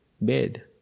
bed